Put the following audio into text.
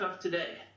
today